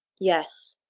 yes.